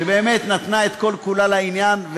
שבאמת נתנה את כל-כולה לעניין.